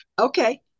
Okay